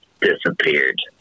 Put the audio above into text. disappeared